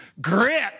grit